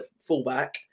fullback